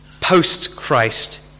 post-Christ